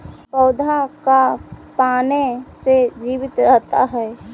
पौधा का पाने से जीवित रहता है?